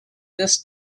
this